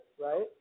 Right